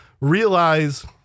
realize